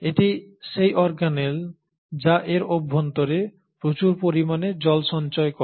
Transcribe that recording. এটি সেই অর্গানেল যা এর অভ্যন্তরে প্রচুর পরিমাণে জল সঞ্চয় করে